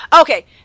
Okay